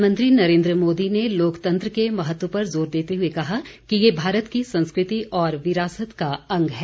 प्रधानमंत्री नरेन्द्र मोदी ने लोकतंत्र के महत्व पर जोर देते हुए कहा कि ये भारत की संस्कृति और विरासत का अंग है